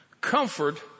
Comfort